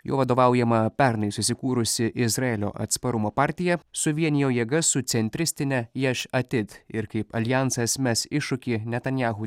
jo vadovaujama pernai susikūrusi izraelio atsparumo partija suvienijo jėgas su centristine ješ atid ir kaip aljansas mes iššūkį netanijahu